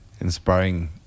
inspiring